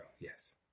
Yes